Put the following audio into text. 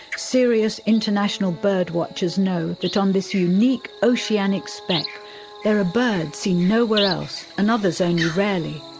serious international bird watchers know that on this unique oceanic speck there are birds seen nowhere else and others only rarely.